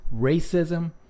racism